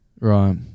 Right